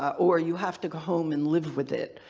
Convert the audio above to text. or you have to go home and live with it.